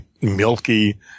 milky